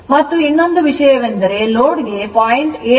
ಮತ್ತು ಇನ್ನೊಂದು ವಿಷಯವೆಂದರೆ ಲೋಡ್ ಗೆ 0